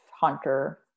Hunter